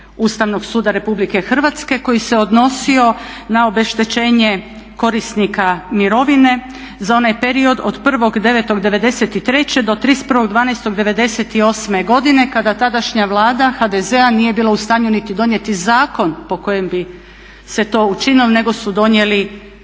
Ustavnog suda RH koji se odnosio na obeštećenje korisnika mirovine za onaj period od 1.9.1993.do 31.12.1998.godine kada tadašnja vlada HDZ-a nije bila u stanju niti donijeti zakon po kojem bi se to učinilo nego su donijeli